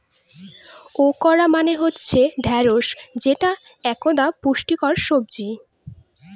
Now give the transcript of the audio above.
okra মানে হচ্ছে ঢ্যাঁড়স যেটা একতা পুষ্টিকর সবজি